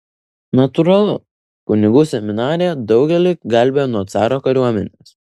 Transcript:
natūralu kunigų seminarija daugelį gelbėjo nuo caro kariuomenės